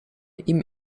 ihm